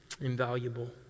invaluable